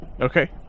Okay